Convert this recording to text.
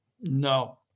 No